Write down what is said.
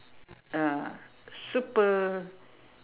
ah super